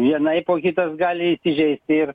vienaip o kitas gali įsižeisti ir